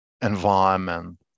environment